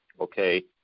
okay